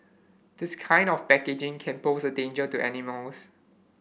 this kind of packaging can pose a danger to animals